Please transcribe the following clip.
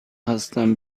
هستم